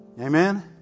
Amen